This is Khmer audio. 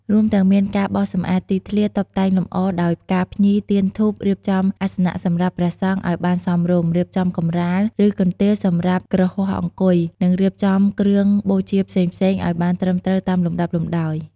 រួមទាំងមានការបោសសម្អាតទីធ្លា តុបតែងលម្អដោយផ្កាភ្ញី ទៀនធូប រៀបចំអាសនៈសម្រាប់ព្រះសង្ឃឲ្យបានសមរម្យ រៀបចំកម្រាល ឬកន្ទេលសម្រាប់គ្រហស្ថអង្គុយ និងរៀបចំគ្រឿងបូជាផ្សេងៗ ឲ្យបានត្រឹមត្រូវតាមលំដាប់លំដោយ។